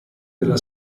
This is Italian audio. della